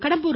Kadambur